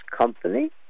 company